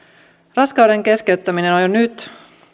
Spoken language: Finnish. raskauden keskeyttäminen on jo nyt